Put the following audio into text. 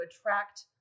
attract